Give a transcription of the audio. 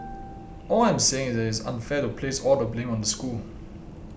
all I am saying is that it is unfair to place all the blame on the school